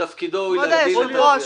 תפקידו הוא להגדיל את הגבייה.